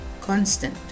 constant